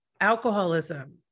alcoholism